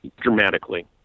dramatically